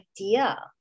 idea